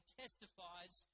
testifies